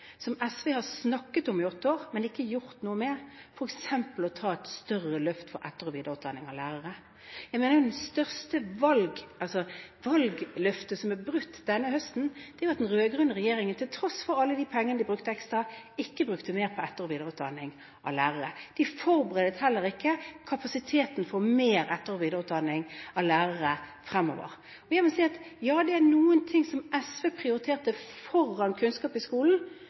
som SV har snakket om i åtte år, men ikke gjort noe med, f.eks. å ta et større løft for etter- og videreutdanning av lærere. Jeg mener at det største valgløftet som er brutt denne høsten, er at den rød-grønne regjeringen, til tross for alle de pengene den brukte ekstra, ikke brukte mer på etter- og videreutdanning av lærere. Den forberedte heller ikke kapasiteten for mer etter- og videreutdanning av lærere fremover. Jeg vil si at, ja, det er noen ting som SV prioriterte foran kunnskap i skolen,